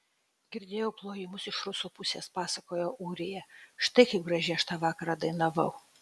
girdėjau plojimus iš rusų pusės pasakojo ūrija štai kaip gražiai aš tą vakarą dainavau